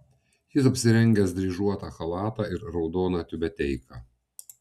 jis apsirengęs dryžuotą chalatą ir raudoną tiubeteiką